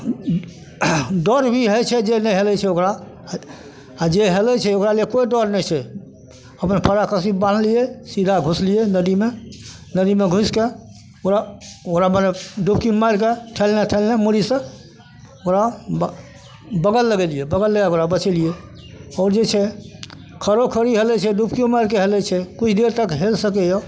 डर भी होइ छै जे नहि हेलै छै ओकरा आओर जे हेलै छै ओकरा लिए कोइ डर नहि छै ओकरा फाँड़ामे रस्सी बान्हलिए सीधा घुसलिए नदीमे नदीमे घुसिके ओकरा ओकरा मने डुबकी मारिके ठेलने ठेलने मूड़ीसे ओकरा ब बगल लगेलिए बगल लगैके ओकरा बचेलिए आओर जे छै खड़ो खड़ी हेलै छै डुबकिओ मारिके हेलै छै किछु दूर तक हेलि सकैए